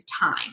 time